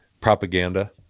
propaganda